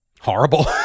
Horrible